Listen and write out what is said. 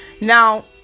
now